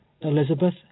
Elizabeth